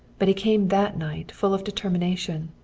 but he came that night full of determination.